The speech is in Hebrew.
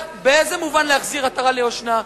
באיזה מובן להחזיר עטרה ליושנה?